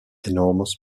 enormous